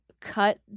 cut